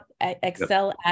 excel